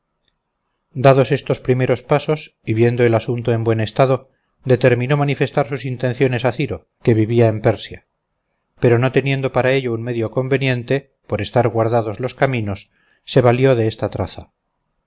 dados estos primeros pasos y viendo el asunto en buen estado determinó manifestar sus intenciones a ciro que vivía en persia pero no teniendo para ello un medio conveniente por estar guardados los caminos se valió de esta traza